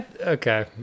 Okay